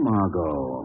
Margot